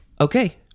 Okay